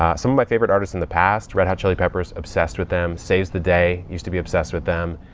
ah some of my favorite artists in the past red hot chili peppers, obsessed with them. saves the day, used to be obsessed with them.